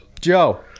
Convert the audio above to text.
Joe